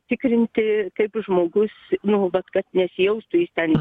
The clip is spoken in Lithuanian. tikrinti kaip žmogus nuolat nu vat kad nesijaustų jis ten